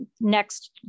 next